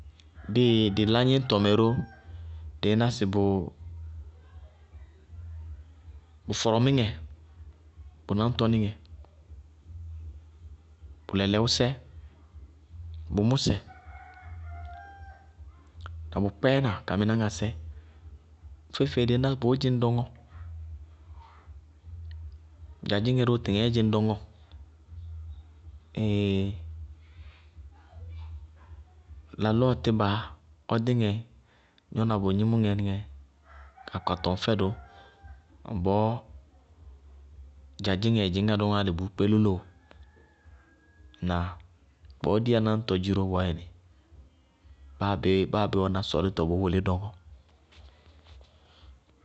Díɩ dɩ lá gníñtɔ mɛ ró dɩí ná sɩ bʋ bʋ fɔrɔmʋŋɛ, bʋ náñtɔnɩŋɛ, bʋ lɛlɛwʋsɛ, bʋ mʋsɛ na bʋ kpɛɛna, kamɩnáŋásɛ, bʋ feé- feé dɩí ná bʋʋ szíŋ dɔŋɔ, dzadzíŋɛ ró tɩtɩŋɛɛ dzíŋ dɔŋɔ lalɔɔ tíba ɔdíŋɛ gnɔna bʋ gnímʋŋɛ ka kɔŋ tɔŋ fɛdʋ bɔɔ dzadzíŋɛɛ dzɩñŋá dɔŋɔ álɩ bʋʋ kpé lolóo, ŋnáa? Bɔɔ diyá nañtɔ dziró bɔɔyɛnɩ, báa bé báa bé wɛná sɔɔlítɔ bʋʋ wʋlí dɔŋɔ.